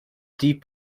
deep